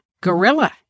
gorilla